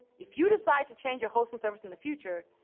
if you decide to change your hosting service in the future,